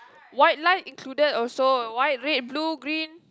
white lie included also white red blue green